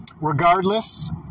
Regardless